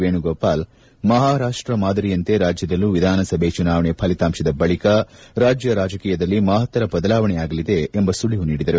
ವೇಣುಗೋಪಾಲ್ ಮಹಾರಾಪ್ಷ ಮಾದರಿಯಂತೆ ರಾಜ್ಯದಲ್ಲೂ ವಿಧಾನಸಭೆ ಚುನಾವಣೆ ಫಲಿತಾಂಶದ ಬಳಿಕ ರಾಜ್ಯ ರಾಜಕೀಯದಲ್ಲಿ ಮಹತ್ವದ ಬದಲಾವಣೆಯಾಗಲಿದೆ ಎಂಬ ಸುಳಿವು ನೀಡಿದರು